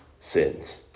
sins